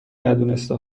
ندونسته